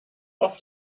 auf